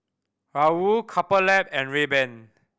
Raoul Couple Lab and Rayban